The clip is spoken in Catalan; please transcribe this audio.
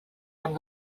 amb